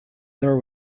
there